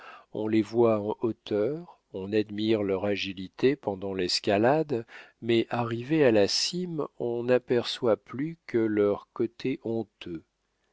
on les voit en hauteur on admire leur agilité pendant l'escalade mais arrivés à la cime on n'aperçoit plus que leurs côtés honteux